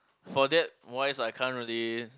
for that wise I can't really